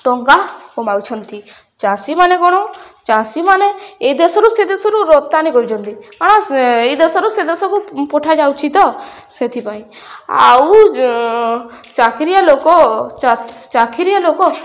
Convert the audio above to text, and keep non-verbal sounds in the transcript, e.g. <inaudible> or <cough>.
ଟଙ୍କା କମାଉଛନ୍ତି ଚାଷୀମାନେ କ'ଣ ଚାଷୀମାନେ ଏଇ ଦେଶରୁ ସେ ଦେଶରୁ ରପ୍ତାନି କରଛନ୍ତି <unintelligible> ଏଇ ଦେଶରୁ ସେ ଦେଶକୁ ପଠାଯାଉଛି ତ ସେଥିପାଇଁ ଆଉ ଚାକିରିଆ ଲୋକ ଚାକିରିଆ ଲୋକ